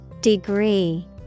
Degree